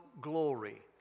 glory